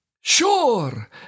Sure